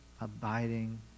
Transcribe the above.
abiding